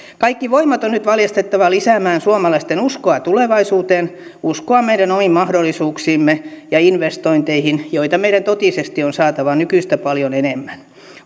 kaikki voimat on nyt valjastettava lisäämään suomalaisten uskoa tulevaisuuteen uskoa meidän omiin mahdollisuuksiimme ja investointeihin joita meidän totisesti on saatava nykyistä paljon enemmän